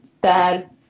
bad